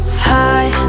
high